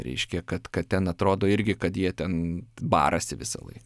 reiškia kad kad ten atrodo irgi kad jie ten barasi visąlaik